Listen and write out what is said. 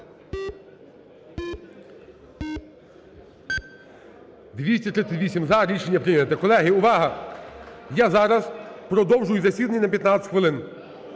За-238 Рішення прийнято. Колеги, увага! Я зараз продовжує засідання на 15 хвилин.